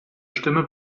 stimme